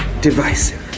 Divisive